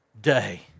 day